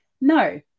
No